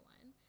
one